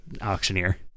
auctioneer